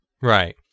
Right